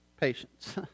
Patience